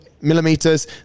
millimeters